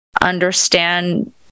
understand